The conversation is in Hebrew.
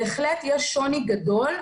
בהחלט יש שוני גדול,